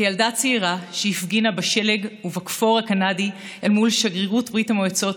כילדה צעירה שהפגינה בשלג ובכפור הקנדי אל מול שגרירות ברית המועצות